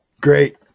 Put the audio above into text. great